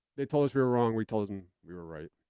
they told us we were wrong, we told them we were right.